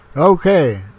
Okay